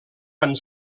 van